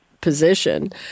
position